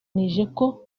imirimo